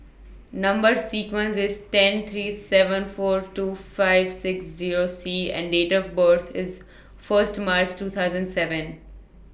Number sequence IS ten three seven four two five six Zero C and Date of birth IS First March two thousand and seven